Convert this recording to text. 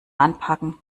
anpacken